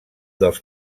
dels